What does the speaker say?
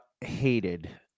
Hated